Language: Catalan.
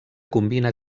combina